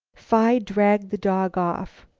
phi dragged the dog off.